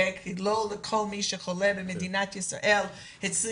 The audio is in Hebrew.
כי לא כל מי שחולה במדינת ישראל הצליחו